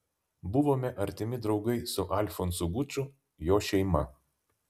buvome artimi draugai su alfonsu guču jo šeima